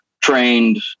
Trained